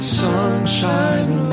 sunshine